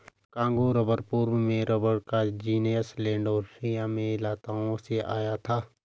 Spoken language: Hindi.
कांगो रबर पूर्व में रबर का जीनस लैंडोल्फिया में लताओं से आया था